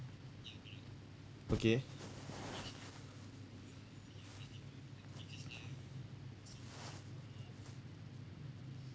okay